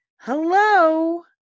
Hello